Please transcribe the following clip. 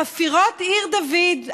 חפירות עיר דוד,